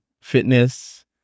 fitness